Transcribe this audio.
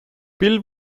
bill